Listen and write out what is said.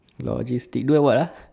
logistic do like what uh